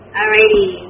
Alrighty